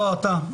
לא, אתה.